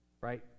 right